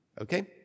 okay